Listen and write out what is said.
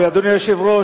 אדוני היושב-ראש,